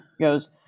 goes